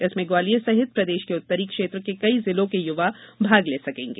इसमें ग्वालियर सहित प्रदेश के उत्तरी क्षेत्र के कई जिलों के युवा भाग ले सकेंगे